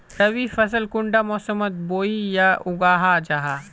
रवि फसल कुंडा मोसमोत बोई या उगाहा जाहा?